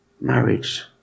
marriage